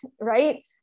right